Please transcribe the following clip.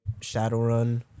Shadowrun